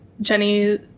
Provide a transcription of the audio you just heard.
jenny